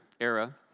era